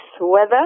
weather